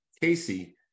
Casey